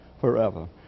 forever